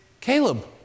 Caleb